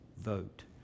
vote